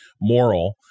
moral